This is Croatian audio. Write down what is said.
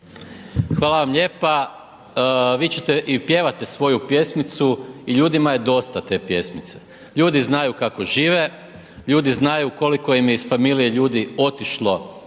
Hvala vam lijepa. Vi ćete i pjevate svoju pjesmicu i ljudima je dosta te pjesmice, ljudi znaju kako žive, ljudi znaju koliko im je iz familije ljudi otišlo